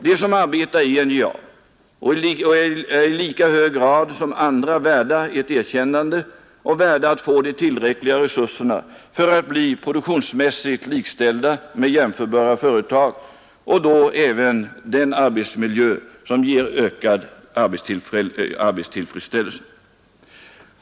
De som arbetar i NJA är i lika hög grad som andra värda ett erkännande och värda att få tillräckliga resurser för att bli produktionsmässigt likställda med jämförbara företag — och då även den arbetsmiljö som ger ökad arbetstillfredsställelse.